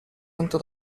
tanto